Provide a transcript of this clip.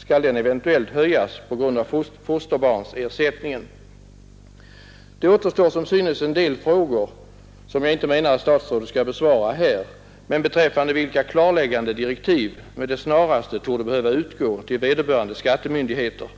Skall den eventuellt höjas på grund av fosterbarnsersättningen? Det återstår således en del frågor som jag inte menar att statsrådet skall besvara här men beträffande vilka klarläggande direktiv med det snaraste torde behöva utgå till vederbörande skattemyndigheter.